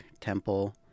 temple